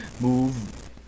move